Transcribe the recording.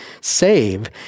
save